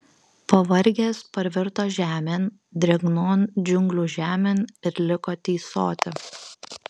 pavargęs parvirto žemėn drėgnon džiunglių žemėn ir liko tysoti